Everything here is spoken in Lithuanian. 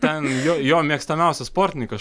ten jo jo mėgstamiausias sportininkas